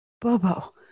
bobo